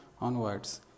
onwards